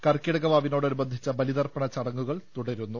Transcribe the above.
കർക്കിടക വാവിനോടനുബന്ധിച്ച ബലിതർപ്പണ ചടങ്ങു കൾ തുടരുന്നു